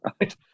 right